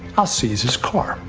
i'll seize his car.